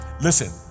listen